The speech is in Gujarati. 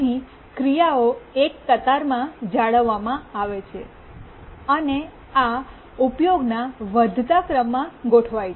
અહીં ક્રિયાઓ એક કતારમાં જાળવવામાં આવે છે અને આ ઉપયોગના વધતા ક્રમમાં ગોઠવાય છે